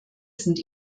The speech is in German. sind